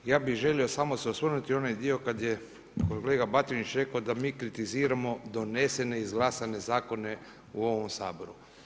Ja bih želio samo se osvrnuti na onaj dio kada je kolega Batinić rekao da mi kritiziramo donesene i izglasane zakone u ovom Saboru.